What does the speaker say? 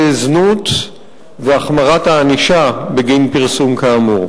זנות והחמרת הענישה בגין פרסום כאמור.